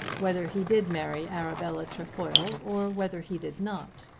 whether he did marry arabella trefoil or whether he did not,